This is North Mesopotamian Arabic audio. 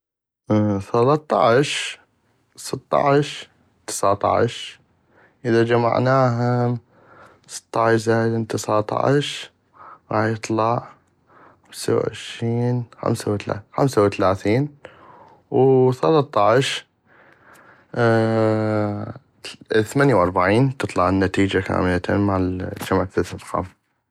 ثلطعش ،سطعش ،تساطعش اذا جمعناهم سطعش زائدا تساطعش غاح يطلع خمسة وعشين خمسة وثلاثين خمسة وثلاثين وثلطعش اثمنيى واربعين تطلعنا النتيجة كاملتن مال جمع ثلاث ارقام.